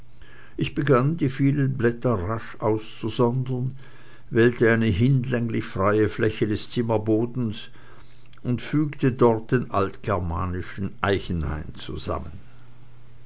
ich begann die vielen blätter rasch auszusondern wählte eine hinlänglich freie fläche des zimmerbodens und fügte dort den altgermanischen eichenhain zusammen